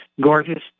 gorgeous